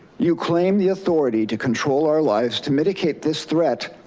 you claim the authority to control our lives to mitigate this threat,